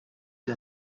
and